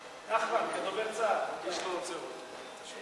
ארוכה, איש לא עוצר אותו.